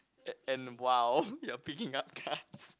and and !wow! you're picking up card